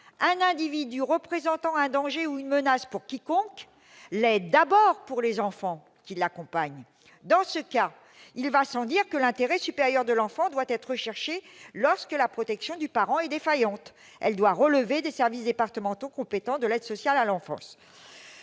un individu représentant un danger ou une menace pour n'importe qui l'est d'abord pour les enfants qui l'accompagnent. Dans ce cas, il va sans dire que l'intérêt supérieur de l'enfant doit être recherché lorsque la protection du parent est défaillante : il doit relever des services départementaux compétents de l'aide sociale à l'enfance.